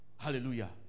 Hallelujah